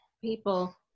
people